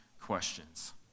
questions